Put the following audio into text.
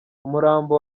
umurambo